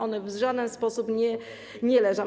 One w żaden sposób nie leżą.